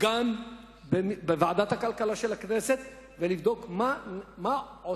וגם בוועדת הכלכלה של הכנסת ולבדוק מה עושה